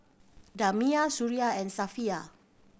Damia Suria and Safiya